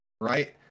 right